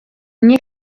nie